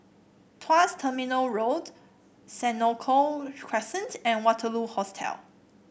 Tuas Terminal Road Senoko Crescent and Waterloo Hostel